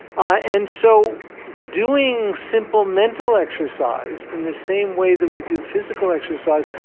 ah and so doing simple mental exercise in the same way that we do physical exercise,